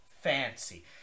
fancy